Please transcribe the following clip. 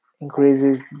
increases